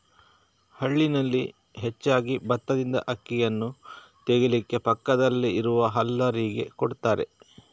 ಹಳ್ಳಿನಲ್ಲಿ ಹೆಚ್ಚಾಗಿ ಬತ್ತದಿಂದ ಅಕ್ಕಿಯನ್ನ ತೆಗೀಲಿಕ್ಕೆ ಪಕ್ಕದಲ್ಲಿ ಇರುವ ಹಲ್ಲರಿಗೆ ಕೊಡ್ತಾರೆ